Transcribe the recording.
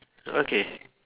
okay